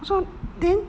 我说 then